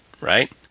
right